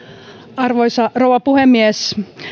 arvoisa rouva puhemies